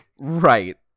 Right